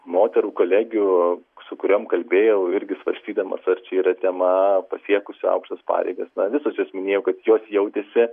moterų kolegių su kuriom kalbėjau irgi svarstydamas ar čia yra tema pasiekusių aukštus pareigas visos jos minėjau kad jos jautėsi